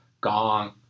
Gong